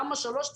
תשאל, למה שלושה?